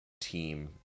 team